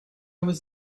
was